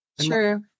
True